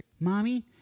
Mommy